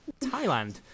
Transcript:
Thailand